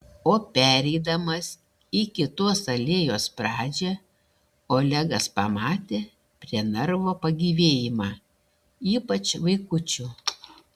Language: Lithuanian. o pereidamas į kitos alėjos pradžią olegas pamatė prie narvo pagyvėjimą ypač vaikučių